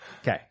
Okay